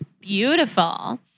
Beautiful